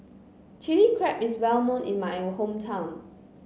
Chili Crab is well known in my hometown